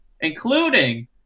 including